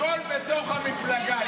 הכול בתוך המפלגה.